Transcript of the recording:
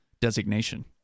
designation